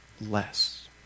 less